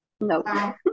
No